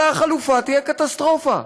אלא החלופה תהיה קטסטרופה,